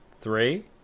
Three